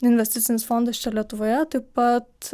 investicinis fondas čia lietuvoje taip pat